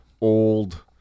old